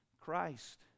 Christ